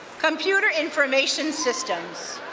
computer information systems.